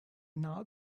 now